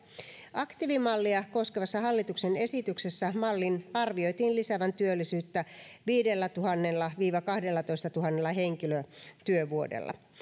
aktiivimallia koskevassa hallituksen esityksessä mallin arvioitiin lisäävän työllisyyttä viidellätuhannella viiva kahdellatoistatuhannella henkilötyövuodella